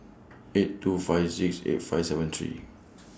eight two five six eight five seven three